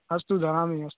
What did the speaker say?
अस्तु ददामि अस्तु